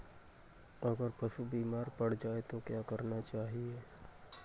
अगर पशु बीमार पड़ जाय तो क्या करना चाहिए?